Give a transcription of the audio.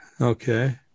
Okay